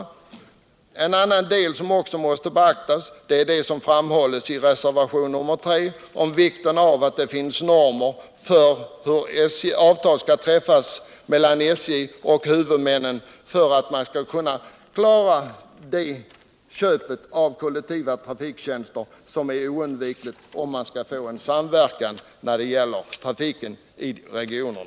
förbättra kollektiv En annan del som också måste beaktas är det som framhålls i reservationen 3, nämligen vikten av att det finns normer för hur avtal skall träffas mellan SJ och huvudmännen, för att man skall kunna klara de köp av kollektiva trafiktjänster som är oundvikliga för att få en samverkan när det gäller trafiken i regionen.